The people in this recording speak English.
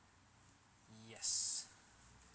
yes